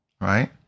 right